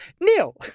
Neil